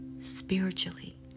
spiritually